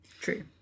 True